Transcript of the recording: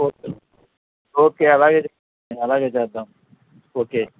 okay okay అలాగే అలాగే జేద్దాం ఓకే